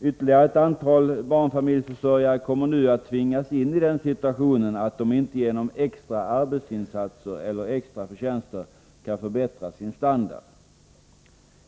Ytterligare ett antal barnfamiljsförsörjare kommer att tvingas in i den situationen att de inte genom extra arbetsinsatser eller extra förtjänster kan förbättra sin standard.